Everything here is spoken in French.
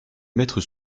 maîtres